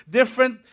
different